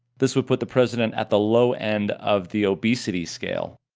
this would put the president at the low end of the obesity scale,